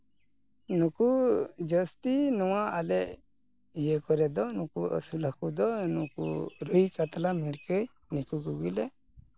ᱱᱩᱠᱩ ᱡᱟᱹᱥᱛᱤ ᱱᱚᱣᱟ ᱟᱞᱮ ᱤᱭᱟᱹ ᱠᱚᱨᱮ ᱫᱚ ᱱᱩᱠᱩ ᱟᱥᱩᱞ ᱱᱩᱠᱩ ᱨᱩᱭ ᱠᱟᱛᱞᱟ ᱢᱤᱨᱜᱟᱹᱭ ᱱᱤᱠᱩ ᱠᱚᱜᱮ ᱞᱮ